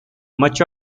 much